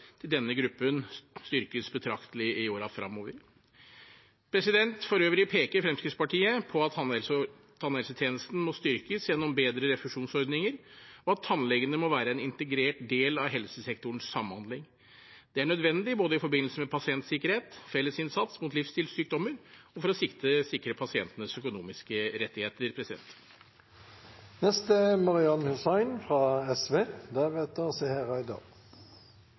til denne gruppen styrkes betraktelig i årene fremover. For øvrig peker Fremskrittspartiet på at tannhelsetjenesten må styrkes gjennom bedre refusjonsordninger, og at tannlegene må være en integrert del av helsesektorens samhandling. Det er nødvendig både i forbindelse med pasientsikkerhet, fellesinnsats mot livsstilssykdommer og for å sikre pasientenes økonomiske rettigheter. I altfor mange år har nordmenns tannhelse vært den tydeligste markøren på de store klasseskillene i